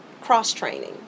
cross-training